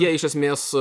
jie iš esmės